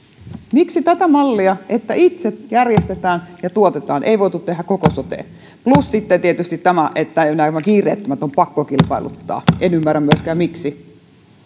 miksi tätä mallia että itse järjestetään ja tuotetaan ei voitu tehdä koko soteen plus sitten tietysti tämä että kiireettömät on pakko kilpailuttaa en ymmärrä myöskään miksi